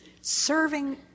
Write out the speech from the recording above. serving